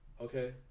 Okay